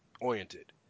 oriented